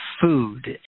food